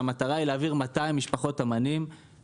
כשהמטרה היא להעביר 200 משפחות ; לנגב: